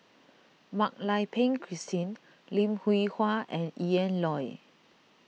Mak Lai Peng Christine Lim Hwee Hua and Ian Loy